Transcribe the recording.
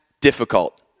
difficult